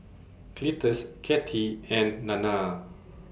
Cletus Cathy and Nana